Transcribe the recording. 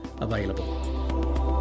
available